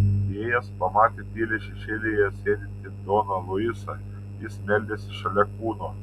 įėjęs pamatė tyliai šešėlyje sėdintį doną luisą jis meldėsi šalia kūno